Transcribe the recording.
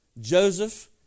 Joseph